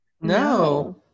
No